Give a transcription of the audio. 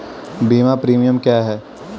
बीमा प्रीमियम क्या है?